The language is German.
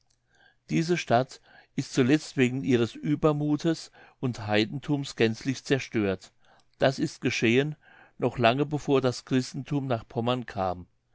diese stadt ist zuletzt wegen ihres uebermuthes und heidenthums gänzlich zerstört das ist geschehen noch lange bevor das christenthum nach pommern kam